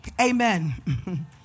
Amen